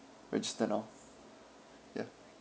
registered of ya